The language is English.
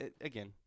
again